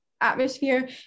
atmosphere